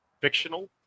fictional